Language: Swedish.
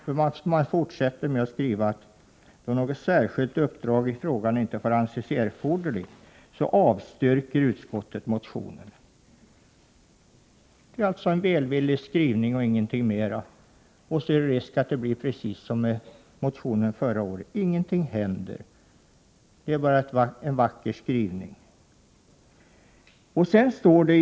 Utskottet fortsätter: ”Då något särskilt uppdrag i frågan inte får anses erforderligt avstyrker utskottet motionen.” Det är en välvillig skrivning och ingenting mer. Risken är att det går som det gick förra året med vår motion — ingenting händer.